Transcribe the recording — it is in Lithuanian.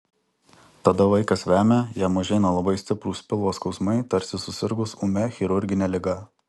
tada vaikas vemia jam užeina labai stiprūs pilvo skausmai tarsi susirgus ūmia chirurgine liga